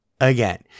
Again